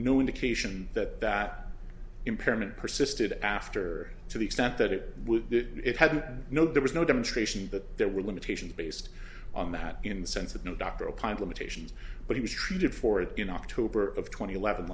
no indication that that impairment persisted after to the extent that it would it had no there was no demonstration that there were limitations based on that in the sense that no doctor opined limitations but he was treated for it in october of tw